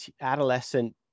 adolescent